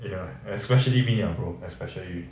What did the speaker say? ya especially me lah bro especially me